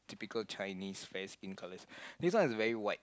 typical Chinese fair skin colours this one is very white